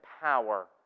power